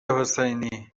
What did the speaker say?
حسینی